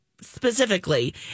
specifically